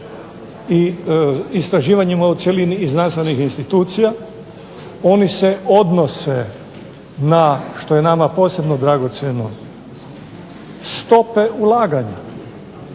i istraživanjem u cjelini i znanstvenih institucija, oni se odnose na, što je nama posebno dragocjeno, stope ulaganja